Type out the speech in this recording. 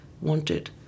wanted